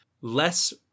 less